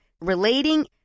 relating